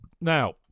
Now